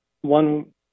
one